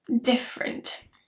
different